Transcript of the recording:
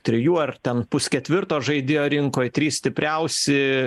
trijų ar ten pusketvirto žaidėjo rinkoj trys stipriausi